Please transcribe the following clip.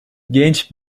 genç